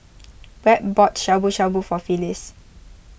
Webb bought Shabu Shabu for Phyliss